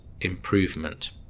improvement